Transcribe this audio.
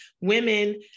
women